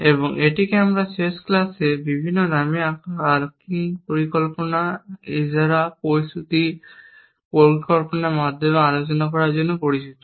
এবং এটিকে আমরা শেষ ক্লাসে বিভিন্ন নামে আংশিক পরিকল্পনা ইজারা প্রতিশ্রুতি পরিকল্পনার মাধ্যমে আলোচনা করার জন্য পরিচিত